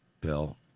Bill